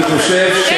אני חושב,